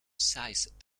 sized